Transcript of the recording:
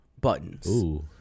buttons